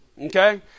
Okay